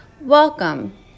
Welcome